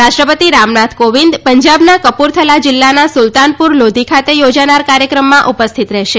રાષ્ટ્રપતિ રામનાથ કોવિંદ પંજાબના કપૂરથલા જિલ્લાના સુલતાનપુર લોધી ખાતે યોજાનાર કાર્યક્રમમાં ઉપસ્થિત રહેશે